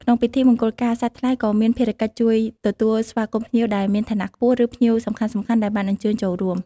ក្នុងពិធីមង្គលការ សាច់ថ្លៃក៏មានភារកិច្ចជួយ ទទួលស្វាគមន៍ភ្ញៀវដែលមានឋានៈខ្ពស់ ឬ ភ្ញៀវសំខាន់ៗ ដែលបានអញ្ជើញចូលរួម។